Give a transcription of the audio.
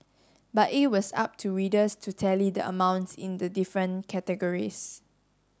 but it was up to readers to tally the amounts in the different categories